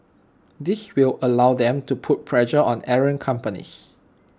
this will allow them to put pressure on errant companies